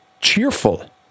cheerful